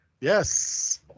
Yes